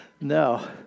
No